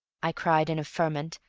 i cried in a ferment,